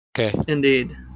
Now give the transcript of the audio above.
Indeed